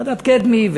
ועדת קדמי,